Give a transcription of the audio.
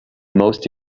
most